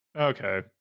okay